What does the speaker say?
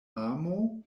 amo